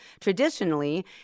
traditionally